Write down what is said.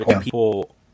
people